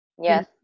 Yes